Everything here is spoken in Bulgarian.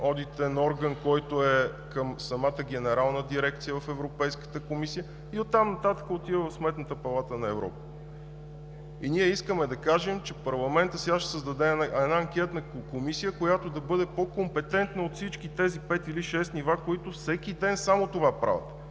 одитен орган, който е към самата Генерална дирекция в Европейската комисия. И оттам нататък отива в Сметната палата на Европа. И ние искаме да кажем, че парламентът сега ще създаде една анкетна комисия, която да бъде по-компетентна от всички тези пет или шест нива, които всеки ден само това правят,